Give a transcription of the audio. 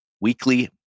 weekly